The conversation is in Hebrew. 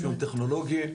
אפיון טכנולוגי,